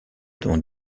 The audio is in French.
dans